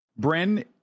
Bren